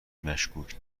مشکوک